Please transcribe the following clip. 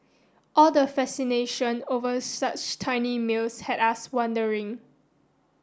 all the fascination over such tiny meals had us wondering